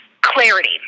clarity